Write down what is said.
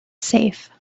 safe